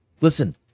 Listen